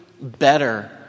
better